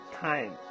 time